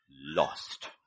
lost